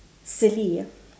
silly ah